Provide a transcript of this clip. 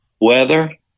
weather